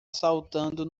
saltando